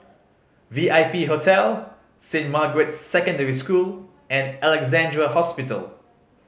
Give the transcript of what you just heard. V I P Hotel Saint Margaret's Secondary School and Alexandra Hospital